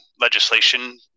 legislation